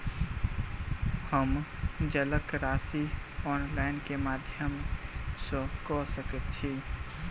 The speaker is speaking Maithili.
हम जलक राशि ऑनलाइन केँ माध्यम सँ कऽ सकैत छी?